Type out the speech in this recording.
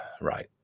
Right